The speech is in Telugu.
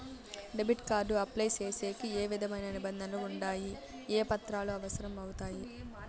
డెబిట్ కార్డు అప్లై సేసేకి ఏ విధమైన నిబంధనలు ఉండాయి? ఏ పత్రాలు అవసరం అవుతాయి?